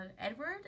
Edward